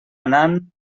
anant